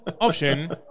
Option